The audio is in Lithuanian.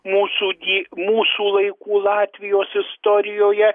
mūsų dį mūsų laikų latvijos istorijoje